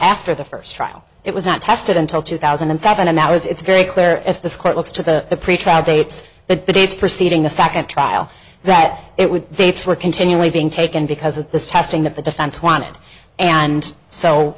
after the first trial it was not tested until two thousand and seven and that was it's very clear if this court looks to the pretrial dates that the days preceding the second trial that it would they were continually being taken because of this testing that the defense wanted and so